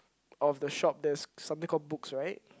of the shop there's something called books right